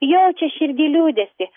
jaučia širdy liūdesį